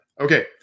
Okay